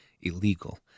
illegal